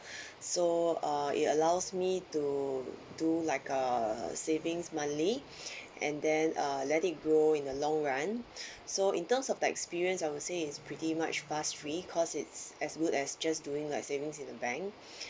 so uh it allows me to do like a savings monthly and then uh let it grow in a long run so in terms of the experience I would say is pretty much fast free cause it's as good as just doing like savings in the bank